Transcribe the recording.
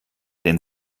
denn